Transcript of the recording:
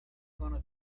gonna